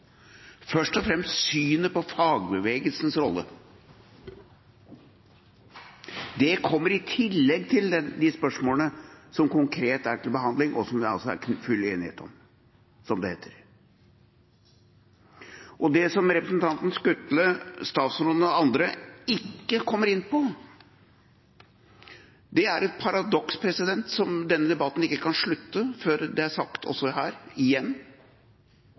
først og fremst om synet på fagbevegelsens rolle. Det kommer i tillegg til de spørsmålene som konkret er til behandling, og som det altså er full enighet om – som det heter. Det som representanten Skutle, statsråden og andre ikke kommer inn på, er et paradoks – denne debatten kan ikke slutte før det er sagt her igjen